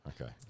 okay